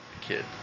Kid